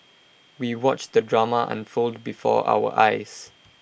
we watched the drama unfold before our eyes